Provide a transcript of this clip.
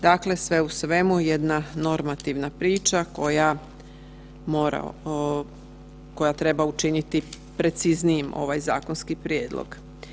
Dakle, sve u svemu jedna normativna priča koja treba učiniti preciznijim ovaj zakonski prijedlog.